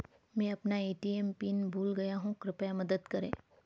मैं अपना ATM pin भूल गया हूँ कृपया मदद करें